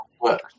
work